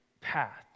path